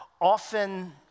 often